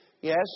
Yes